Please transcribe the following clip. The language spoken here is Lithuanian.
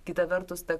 kita vertus ta